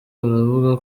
baravuga